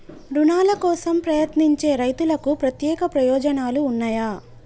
రుణాల కోసం ప్రయత్నించే రైతులకు ప్రత్యేక ప్రయోజనాలు ఉన్నయా?